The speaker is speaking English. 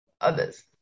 others